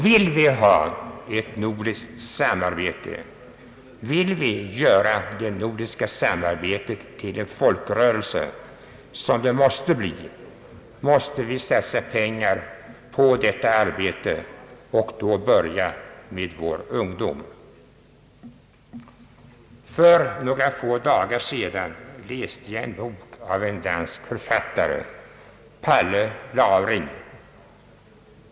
Vill vi ha ett vidgat nordiskt samarbete, vill vi göra det nordiska samarbetet till en folkrörelse, måste vi satsa pengar på detta arbete och då börja med vår ungdom. För några dagar sedan läste jag en bok av en dansk författare, Palle Lauring.